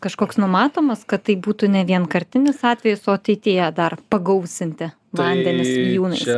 kažkoks numatomas kad tai būtų ne vienkartinis atvejis o ateityje dar pagausinti vandenis vijūnais